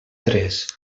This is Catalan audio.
tres